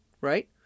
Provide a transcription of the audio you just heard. right